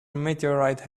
meteorite